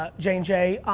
ah j and j,